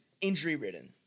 Injury-ridden